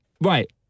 right